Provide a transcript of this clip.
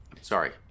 Sorry